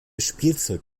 spielzeug